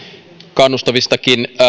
kannustavistakin